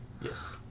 Yes